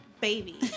baby